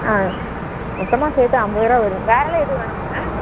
ஆ மொத்தமாக சேர்த்து ஐம்பது ரூபா வரும் வேறு எல்லாம் ஏதும் வேணாமாங்க